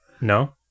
no